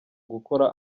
gukora